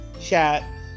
chat